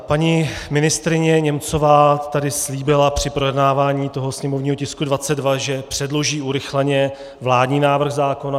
Paní ministryně Němcová tady slíbila při projednávání sněmovního tisku 22, že předloží urychleně vládní návrh zákona.